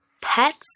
Pets